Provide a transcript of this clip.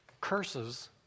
Curses